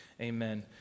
amen